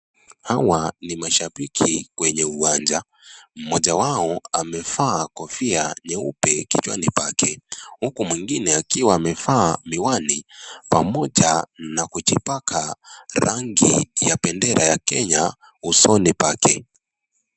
Hawa ni mashabiki kwenye uwanja. Mmoja wao amevaa kofia nyeupe kichwani pake, huku mwengine akiwa amevaa miwani pamoja na kujipaka rangi ya bendera ya Kenya usoni pake.